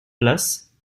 place